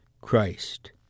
Christ